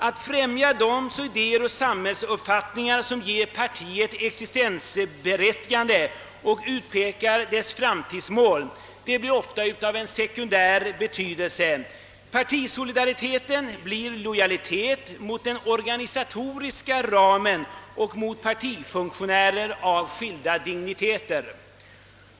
Att främja de idéer och samhällsuppfattningar som ger partiet existensberättigande och utpekar dess framtidsmål blir tyvärr ofta av sekundär betydelse. Partisolidariteten blir lojalitet mot den organisatoriska ramen och mot partifunktionärer av skilda digniteter.